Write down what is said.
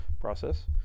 process